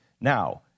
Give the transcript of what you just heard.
Now